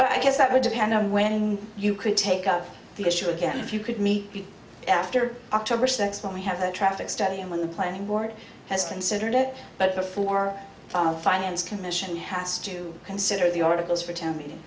but i guess that would depend on when you could take up the issue again if you could meet after october sense when we have a traffic study and when the planning board has considered it but before the finance commission has to consider the articles for te